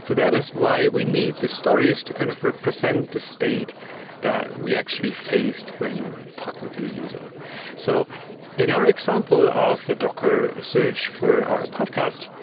that is why we need the story, is to kind of represent the state that we actually faced when talking to the user so in our example of the docker search for our podcast,